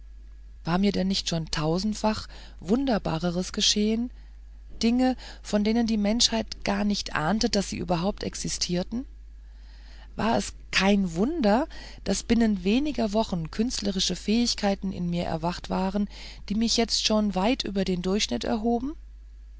war mir denn nicht schon tausendfach wunderbareres geschehen dinge von denen die menschheit gar nicht ahnte daß sie überhaupt existierten war es kein wunder daß binnen weniger wochen künstlerische fähigkeiten in mir erwacht waren die mich jetzt schon weit über den durchschnitt erhoben